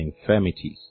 infirmities